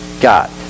God